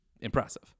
impressive